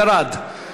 ירד.